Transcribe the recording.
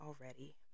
already